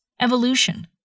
Evolution